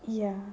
ya